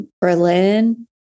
Berlin